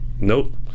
Nope